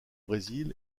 brésil